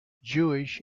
jewish